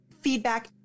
feedback